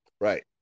Right